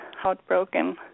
heartbroken